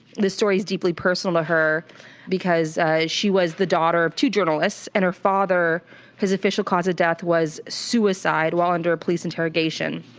the story's deeply personal to her because ah she was the daughter of two journalists, and her father his official cause of death was suicide while under a police interrogation.